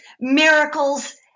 miracles